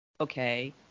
okay